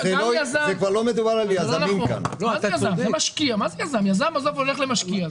זז משקיע יזם בסוף הולך למשקיע,